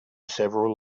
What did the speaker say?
several